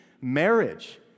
marriage